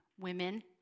women